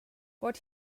what